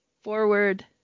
forward